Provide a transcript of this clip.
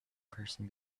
person